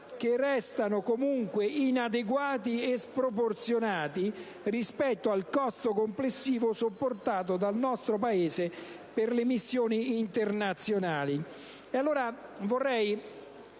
che restano comunque inadeguati e sproporzionati rispetto al costo complessivo sopportato dal nostro Paese per le missioni internazionali.